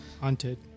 haunted